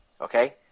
Okay